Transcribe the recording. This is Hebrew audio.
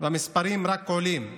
והמספרים רק עולים?